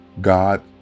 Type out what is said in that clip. God